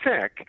sick